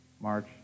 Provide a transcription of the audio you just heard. march